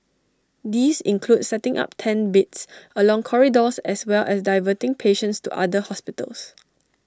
these include setting up tent beds along corridors as well as diverting patients to other hospitals